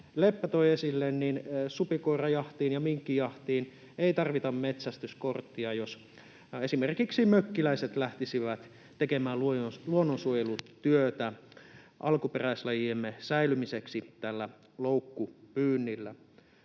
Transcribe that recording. Leppä toi esille, niin supikoirajahtiin ja minkkijahtiin ei tarvita metsästyskorttia, jos esimerkiksi mökkiläiset lähtisivät tekemään luonnonsuojelutyötä alkuperäislajiemme säilymiseksi tällä loukkupyynnillä.